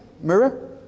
Mirror